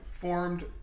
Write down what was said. formed